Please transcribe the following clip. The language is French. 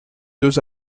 deux